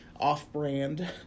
off-brand